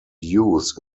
use